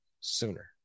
Sooner